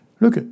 Look